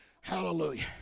hallelujah